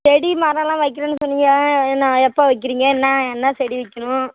செடி மரலாம் வைக்கணும்னு சொன்னீங்க என்ன எப்போது வைக்கிறீங்க என்ன என்ன செடி வைக்கிணும்